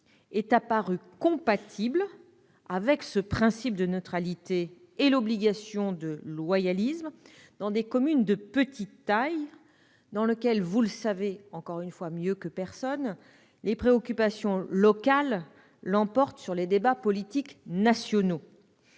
est apparu compatible avec ce principe de neutralité et l'obligation de loyalisme dans les communes de petite taille, où- là aussi, vous le savez mieux que personne -les préoccupations locales l'emportent sur les débats politiques nationaux.